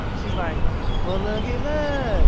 she's like well, looky-looky.